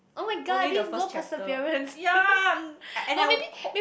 only the first chapter yea and I hope